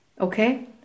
Okay